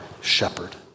shepherd